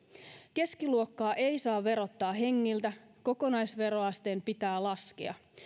keskiluokkaa ei saa verottaa hengiltä kokonaisveroasteen pitää laskea